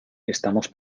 estamos